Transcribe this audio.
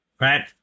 Right